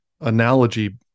analogy